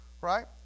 right